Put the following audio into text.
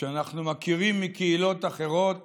שאנחנו מכירים מקהילות אחרות